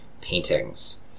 paintings